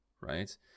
right